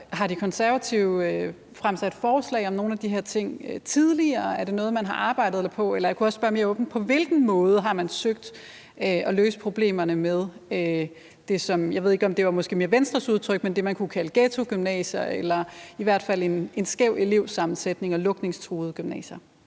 Har De Konservative fremsat forslag om nogle af de her ting tidligere? Er det noget, man har arbejdet på? Eller jeg kunne også spørge mere åbent: På hvilken måde har man søgt at løse problemerne med det, som – jeg ved ikke, om det måske mere var Venstres udtryk – man kunne kalde ghettogymnasier, altså dem med en skæv elevsammensætning, de lukningstruede gymnasier?